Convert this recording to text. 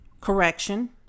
Correction